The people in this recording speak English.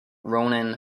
rounin